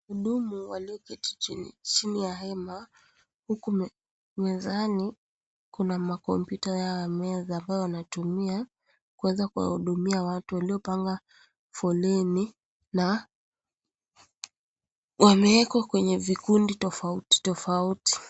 Mhudumu aliyeketi chini ya hema, huku mezani kuna makompyuta ya meza ambayo wanatumia kuweza kuwahudumia watu waliopanga foleni na wamewekwa kwenye vikundi tofauti tofauti.